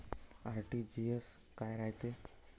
RTGS काय रायते?